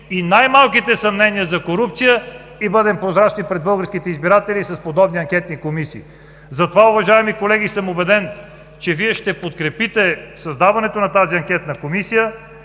и най-малките съмнения за корупция и бъдем прозрачни пред българските избиратели с подобни анкетни комисии. Затова, уважаеми колеги, съм убеден, че Вие ще подкрепите създаването на тази Анкетна комисия